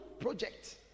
project